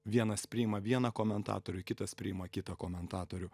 vienas priima vieną komentatorių kitas priima kitą komentatorių